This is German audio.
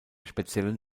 speziellen